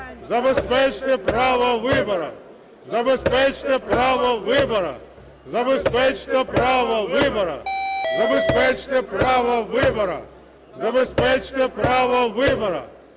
Забезпечте право вибору!